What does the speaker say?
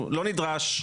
לא נדרש.